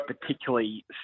particularly